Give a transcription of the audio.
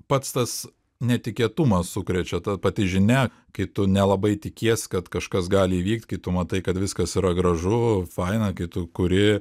pats tas netikėtumas sukrečia ta pati žinia kai tu nelabai tikies kad kažkas gali įvykt kai tu matai kad viskas yra gražu faina kai tu kuri